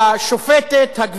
הגברת ורדה אלשיך,